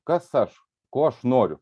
kas aš ko aš noriu